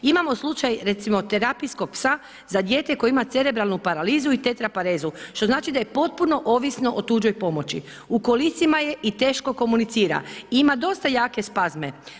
Imamo slučaj recimo terapijskog psa za dijete koje ima cerebralnu paralizu i tetraparezu što znači da je potpuno ovisno o tuđoj pomoći, u kolicima je i teško komunicira i ima dosta jake spazme.